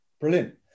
Brilliant